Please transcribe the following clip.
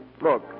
Look